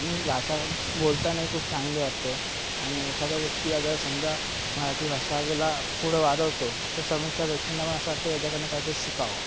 आणि भाषा बोलतानाही खूप चांगली वाटते आणि एखादा व्यक्ती अगर समजा मराठी भाषाला पुढं वाढवतो तर समोरच्या व्यक्तींना पण असं वाटते याच्याकडनं काहीतरी शिकावं